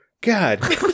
God